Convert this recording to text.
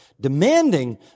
demanding